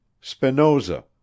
Spinoza